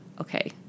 okay